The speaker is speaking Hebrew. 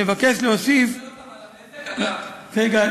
נבקש להוסיף, מישהו מפצה אותם על הנזק, אגב?